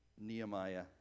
Nehemiah